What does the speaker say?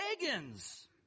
pagans